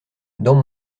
dans